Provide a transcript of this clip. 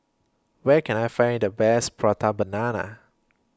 Where Can I Find The Best Prata Banana